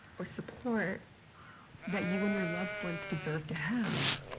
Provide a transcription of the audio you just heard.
or support that you and your loved ones deserve to have.